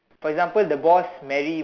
for example the boss marry